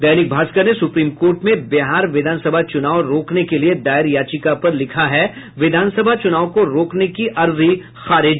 दैनिक भास्कर ने supreme court में बिहार विधान सभा चुनाव रोकने के लिए दायर याचिका पर लिखा है विधानसभा चुनाव को रोकने की अर्जी खारिज